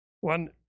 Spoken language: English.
one